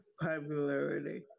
popularity